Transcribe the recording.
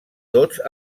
tots